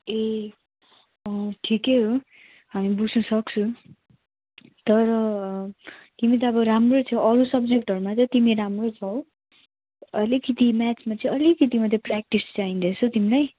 ए अँ ठिकै हो हामी बुझ्नु सक्छौँ तर तिमी त अब राम्रो थियो अरू सब्जेक्टहरूमा त तिमी राम्रो छौ अलिकति म्याचमा चाहिँ अलिकति मात्रै प्राक्टिस चाहिँदैछ तिमीलाई